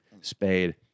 Spade